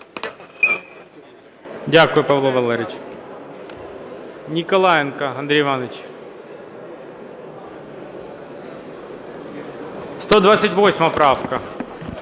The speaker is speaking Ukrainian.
Дякую, Павло Валерійович. Ніколаєнко Андрій Іванович, 128 правка.